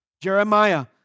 Jeremiah